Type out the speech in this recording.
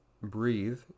breathe